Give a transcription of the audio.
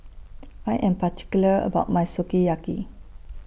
I Am particular about My Sukiyaki